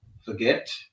forget